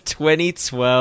2012